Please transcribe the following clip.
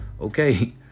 okay